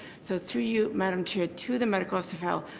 so through, you madam chair to the medical officer of health,